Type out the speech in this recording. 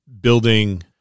building